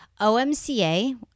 OMCA